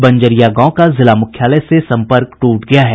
बंजरिया गांव का जिला मुख्यालय से संपर्क टूट गया है